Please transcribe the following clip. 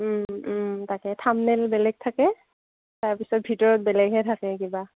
তাকে ঠামনেল বেলেগ থাকে তাৰপিছত ভিতৰত বেলেগহে থাকে কিবা